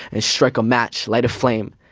and strike a match, light a flame,